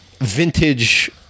vintage